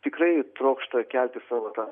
tikrai trokšta kelti savo tą